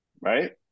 Right